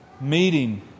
meeting